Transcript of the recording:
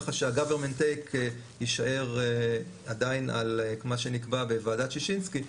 ככה שה- government take יישאר עדיין על מה שנקבע בוועדת שישינסקי,